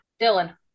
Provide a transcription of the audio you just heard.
Dylan